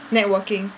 networking